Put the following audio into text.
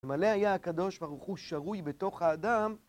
מלא היה הקדוש ברוך הוא שרוי בתוך האדם